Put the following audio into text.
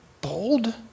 bold